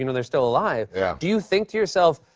you know they're still alive. yeah. do you think to yourself,